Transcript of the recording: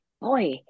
boy